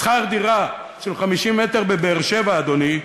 שכר דירה של 50 מ"ר בבאר-שבע, אדוני,